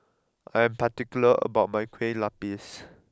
I am particular about my Kueh Lapis